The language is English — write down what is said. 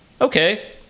okay